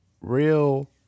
real